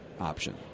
option